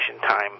time